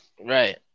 Right